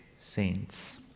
saints